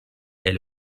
est